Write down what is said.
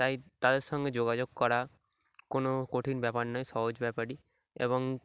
তাই তাদের সঙ্গে যোগাযোগ করা কোনো কঠিন ব্যাপার নয় সহজ ব্যাপারই এবং